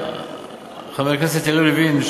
חבר הכנסת יריב לוין,